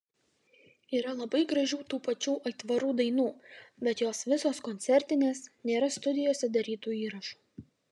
yra labai gražių tų pačių aitvarų dainų bet jos visos koncertinės nėra studijose darytų įrašų